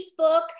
Facebook